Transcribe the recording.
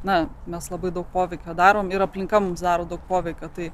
na mes labai daug poveikio darom ir aplinka mums daro daug poveikio tai